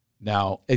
Now